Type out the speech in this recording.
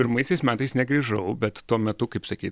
pirmaisiais metais negrįžau bet tuo metu kaip sakyt